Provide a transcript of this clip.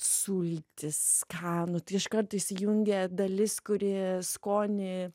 sultis ką nu tai iškart įsijungia dalis kuri skonį